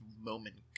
moment